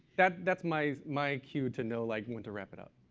that's that's my my cue to know like when to wrap it up.